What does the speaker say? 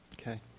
Okay